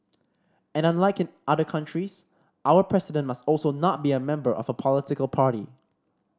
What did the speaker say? and unlike in other countries our President must also not be a member of a political party